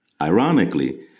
Ironically